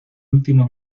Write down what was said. último